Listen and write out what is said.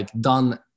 done